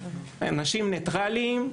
אנשים ניטרליים,